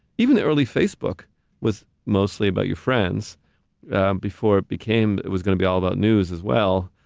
even early facebook was mostly about your friends before it became, it was gonna be all about news as well,